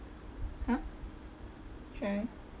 !huh! try